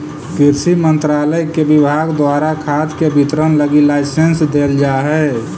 कृषि मंत्रालय के विभाग द्वारा खाद के वितरण लगी लाइसेंस देल जा हइ